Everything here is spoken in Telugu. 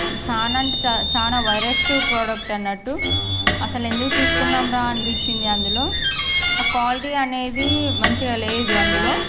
చానా అంటే చానా వరస్టు ప్రోడక్ట్ అన్నట్టు అస్సలు ఎందుకు తీసుకున్నాంరా అనిపించింది అందులో ఆ క్వాలిటీ అనేది మంచిగా లేదు అందులో